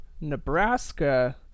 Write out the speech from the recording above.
Nebraska